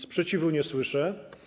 Sprzeciwu nie słyszę.